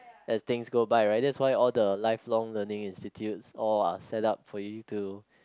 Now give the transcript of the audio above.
as things go by right that's why all the lifelong learning institutes all are set up for you to